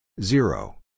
zero